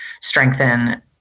strengthen